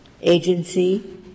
Agency